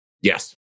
Yes